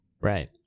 Right